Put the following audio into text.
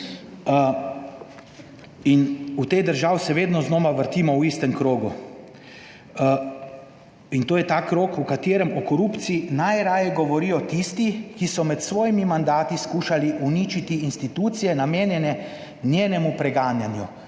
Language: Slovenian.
In v tej državi se vedno znova vrtimo v istem krogu. In to je ta krog, v katerem o korupciji najraje govorijo tisti, ki so med svojimi mandati skušali uničiti institucije, namenjene njenemu preganjanju.